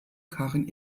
karin